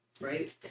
right